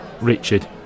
Richard